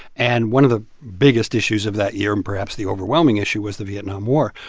and one of the biggest issues of that year and perhaps the overwhelming issue was the vietnam war,